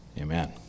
Amen